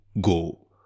go